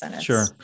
Sure